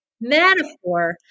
metaphor